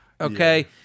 Okay